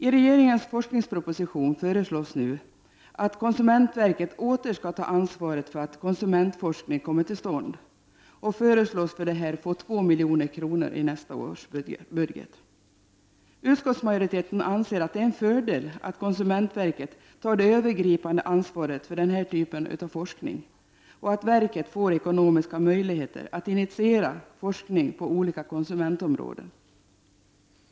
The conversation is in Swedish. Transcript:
I regeringens forskningsproposition föreslås nu att konsumentverket åter skall ta ansvaret för att konsumentforskning kommer till stånd och för detta ändamål skall få 2 milj.kr. i nästa års budget. Utskottsmajoriteten anser att det är en fördel att konsumentverket tar det övergripande ansvaret för denna typ av forskning och att verket får ekonomiska möjligheter att initiera forskning på olika konsumentområden.